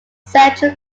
central